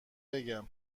بگم